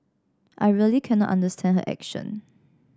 I really cannot understand her action